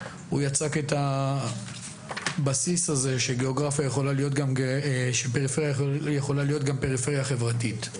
הוא יצק את הבסיס הזה שפריפריה יכולה להיות גם פריפריה חברתית.